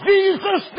Jesus